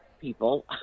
people